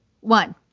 one